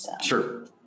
sure